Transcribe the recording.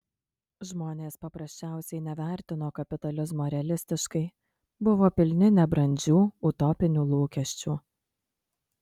žmonės paprasčiausiai nevertino kapitalizmo realistiškai buvo pilni nebrandžių utopinių lūkesčių